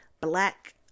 black